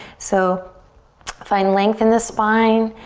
so find length in the spine.